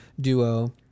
duo